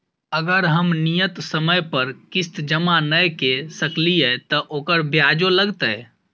अगर हम नियत समय पर किस्त जमा नय के सकलिए त ओकर ब्याजो लगतै?